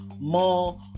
more